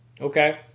Okay